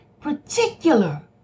particular